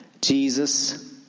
Jesus